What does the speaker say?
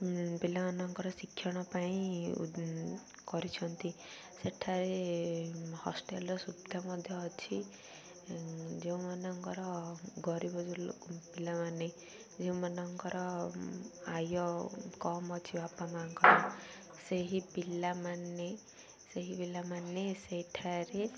ପିଲାମାନଙ୍କର ଶିକ୍ଷଣ ପାଇଁ କରିଛନ୍ତି ସେଠାରେ ହଷ୍ଟେଲର ସୁବିଧା ମଧ୍ୟ ଅଛି ଯେଉଁମାନଙ୍କର ଗରିବ ପିଲାମାନେ ଯେଉଁମାନଙ୍କର ଆୟ କମ୍ ଅଛି ବାପା ମାଆଙ୍କର ସେହି ପିଲାମାନେ ସେହି ପିଲାମାନେ ସେଇଠାରେ